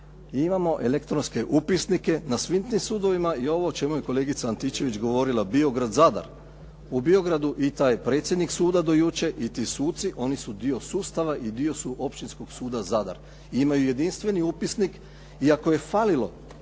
Imamo elektronske upisnike na svim tim sudovima i ovo o čemu je kolegica Antičević govorila Biograd-Zadar. U Biogradu i taj predsjednik suda do jučer, i ti suci, oni su dio sustava i dio su Općinskog suda Zadar. I imaju jedinstveni upisnik i ako je falilo